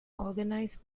organised